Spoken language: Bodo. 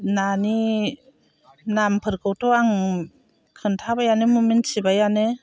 नानि नामफोरखौथ' आं खोनथाबायानो मोनथिबायानो